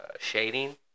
shading